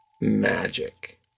Magic